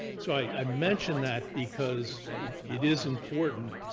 so i mentioned that because it is important.